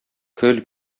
көл